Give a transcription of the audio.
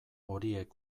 horiek